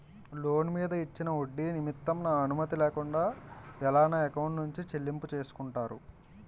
Loan మీద ఇచ్చిన ఒడ్డి నిమిత్తం నా అనుమతి లేకుండా ఎలా నా ఎకౌంట్ నుంచి చెల్లింపు చేసుకుంటారు?